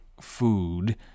food